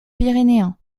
pyrénéen